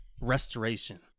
restoration